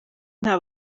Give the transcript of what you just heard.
nta